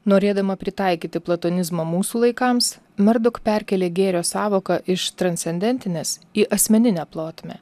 norėdama pritaikyti platonizmą mūsų laikams merdok perkėlė gėrio sąvoką iš transcendentinės į asmeninę plotmę